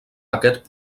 aquest